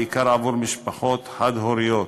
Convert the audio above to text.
בעיקר עבור משפחות חד-הוריות.